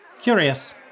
Curious